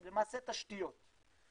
למעשה תשתיות.